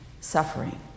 suffering